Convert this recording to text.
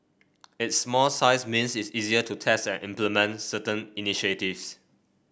its small size means it's easier to test and implement certain initiatives